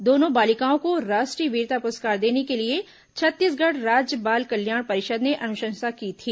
दोनों बालिकाओं को राष्ट्रीय वीरता प्रस्कार देने के लिए छत्तीसगढ़ राज्य बाल कल्याण परिषद ने अनुशंसा की थी